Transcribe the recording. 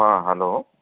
ହଁ ହ୍ୟାଲୋ